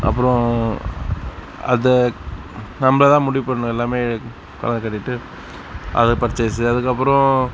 அப்புறம் அது நம்ப தான் முடிவு பண்ணணும் எல்லாமே அதுதான் பர்சேஸ்ஸு அதுக்கப்புறம்